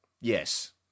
Yes